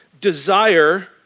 desire